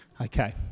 okay